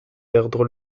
perdre